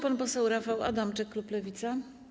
Pan poseł Rafał Adamczyk, klub Lewica.